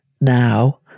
now